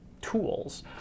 tools